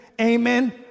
amen